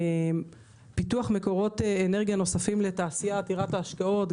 פיתוח מקורות אנרגיה נוספים לתעשייה עתירת ההשקעות,